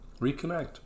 Reconnect